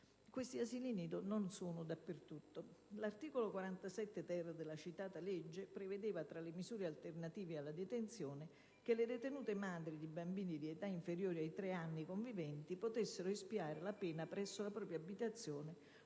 però non sono presenti dappertutto. L'articolo 47-*ter* della citata legge prevedeva, tra le misure alternative alla detenzione, che le detenute madri di bambini di età inferiore ai tre anni conviventi potessero espiare la pena presso la propria abitazione